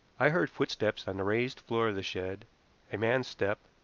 i heard footsteps on the raised floor of the shed a man's step,